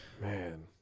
man